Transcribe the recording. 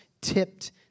tipped